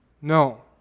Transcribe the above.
No